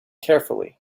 carefully